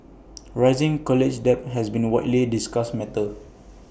rising college debt has been A widely discussed matter